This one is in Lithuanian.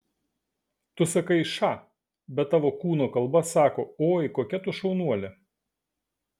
tu sakai ša bet tavo kūno kalba sako oi kokia tu šaunuolė